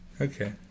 okay